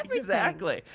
exactly,